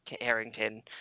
harrington